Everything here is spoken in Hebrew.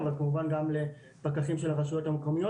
אבל כמובן גם לפקחים של הרשויות המקומיות